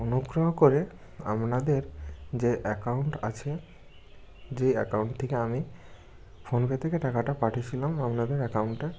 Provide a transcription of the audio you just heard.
অনুগ্রহ করে আপনাদের যে অ্যাকাউন্ট আছে যে অ্যাকাউন্ট থেকে আমি ফোন পে থেকে টাকাটা পাঠিয়েছিলাম আপনাদের অ্যাকাউন্টে